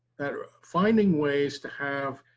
finding ways to have